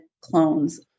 clones